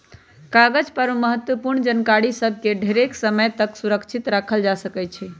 कागज पर महत्वपूर्ण जानकारि सभ के ढेरेके समय तक सुरक्षित राखल जा सकै छइ